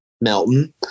Melton